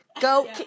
Go